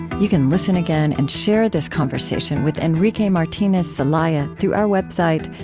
you can listen again and share this conversation with enrique martinez celaya through our website,